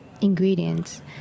ingredients